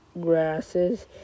grasses